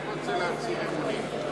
גם רוצה להצהיר אמונים.